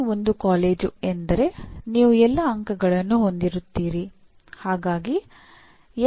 ಶ್ರೇಣಿ 1 ಕಾಲೇಜು ಎಂದರೆ ನೀವು ಎಲ್ಲಾ ಅಂಕಗಳನ್ನು ಹೊಂದಿರುತ್ತೀರಿ